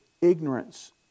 ignorance